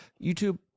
YouTube